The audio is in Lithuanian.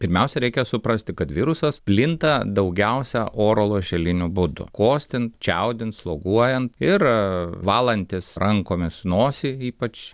pirmiausia reikia suprasti kad virusas plinta daugiausia oro lašeliniu būdu kosint čiaudint sloguojant ir valantis rankomis nosį ypač